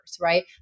right